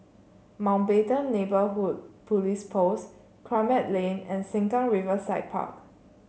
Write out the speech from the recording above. Mountbatten Neighbourhood Police Post Kramat Lane and Sengkang Riverside Park